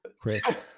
Chris